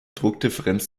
druckdifferenz